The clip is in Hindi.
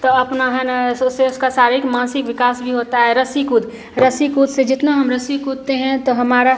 तो अपना है ना सो से उसका शारिरिक मानसिक विकास भी होता है रस्सी कूद रस्सी कूद से जितना हम रस्सी कूदते हैं तो हमारा